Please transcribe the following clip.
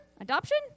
adoption